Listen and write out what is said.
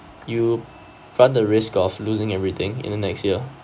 you run the risk of losing everything in the next year